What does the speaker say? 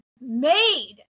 made